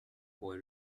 boy